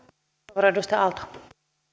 arvoisa rouva